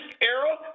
era